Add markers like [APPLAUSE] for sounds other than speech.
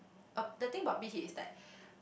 uh the thing about Big-Hit is like [BREATH]